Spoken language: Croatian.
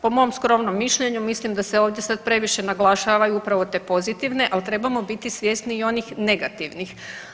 Po mom skromnom mišljenju mislim da se ovdje sad previše naglašavaju upravo te pozitivne, ali trebamo biti svjesni i onih negativnih.